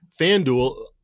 FanDuel